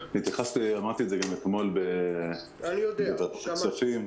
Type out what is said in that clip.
אמרתי את זה גם אתמול בוועדת הכספים.